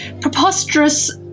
preposterous